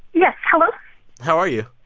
yeah hello how are you?